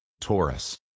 Taurus